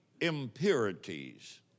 impurities